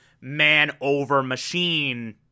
man-over-machine